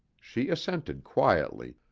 she assented quietly,